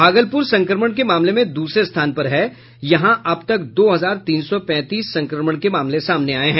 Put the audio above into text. भागलपुर संक्रमण के मामले में दूसरे स्थान पर है यहां अब तक दो हजार तीन सौ पैंतीस संक्रमण के मामले आये हैं